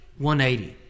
180